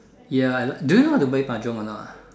ya do you know how to play mahjong or not ah